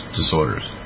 disorders